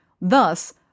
thus